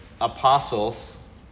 apostles